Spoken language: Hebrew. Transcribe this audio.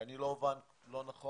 שאני לא אובן לא נכון,